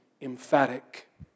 emphatic